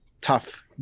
tough